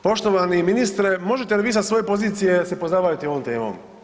Poštovani ministre možete li vi sa svoje pozicije se pozabaviti ovom temom?